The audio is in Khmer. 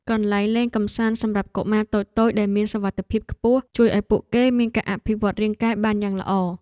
កន្លែងលេងកម្សាន្តសម្រាប់កុមារតូចៗដែលមានសុវត្ថិភាពខ្ពស់ជួយឱ្យពួកគេមានការអភិវឌ្ឍរាងកាយបានយ៉ាងល្អ។